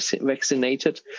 vaccinated